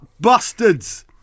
bastards